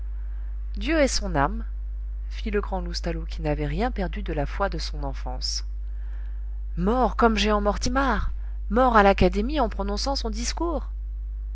dieu ait son âme fit le grand loustalot qui n'avait rien perdu de la foi de son enfance mort comme jehan mortimar mort à l'académie en prononçant son discours